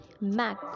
MAC